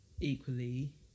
equally